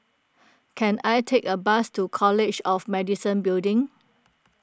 can I take a bus to College of Medicine Building